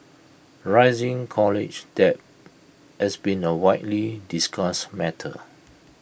rising college debt has been A widely discussed matter